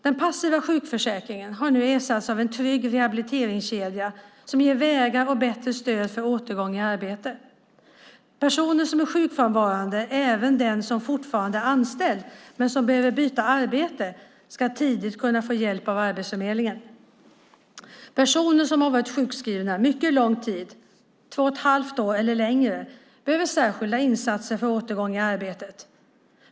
Den passiva sjukförsäkringen har nu ersatts av en trygg rehabiliteringskedja som ger fler vägar och bättre stöd för återgång i arbete. Personer som är sjukfrånvarande, även den som fortfarande är anställd men som behöver byta arbete, ska tidigt kunna få hjälp av Arbetsförmedlingen. Personer som har varit sjukskrivna mycket lång tid, två och ett halvt år eller längre, behöver särskilda insatser för återgång i arbete.